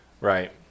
Right